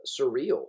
surreal